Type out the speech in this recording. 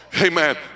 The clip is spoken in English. amen